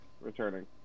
returning